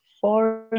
four